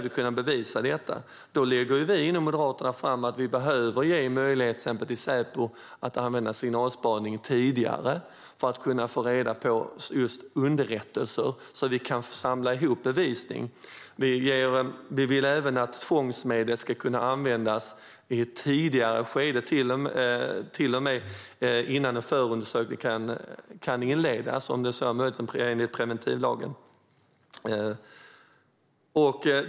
Vi moderater tycker exempelvis att Säpo bör ges möjlighet att använda signalspaning tidigare för att kunna få reda på underrättelser så att vi kan samla ihop bevisning. Vi vill även att tvångsmedel ska kunna användas i ett tidigare skede, till och med innan en förundersökning kan inledas enligt preventivlagen.